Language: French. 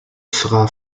sera